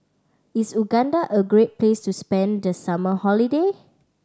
is Uganda a great place to spend the summer holiday